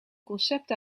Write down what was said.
concept